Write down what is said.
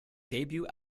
debut